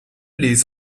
les